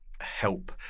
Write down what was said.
help